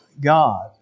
God